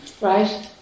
Right